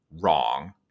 wrong